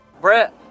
Brett